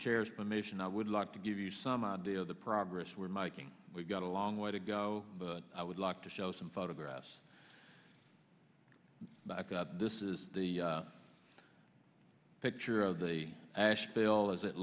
chairs permission i would like to give you some idea of the progress we're making we've got a long way to go but i would like to show some photographs i've got this is the picture of the asheville as it